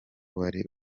wari